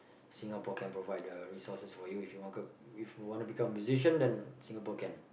Singapore can provide the resources for you if you want to if you wanna become a musician then Singapore can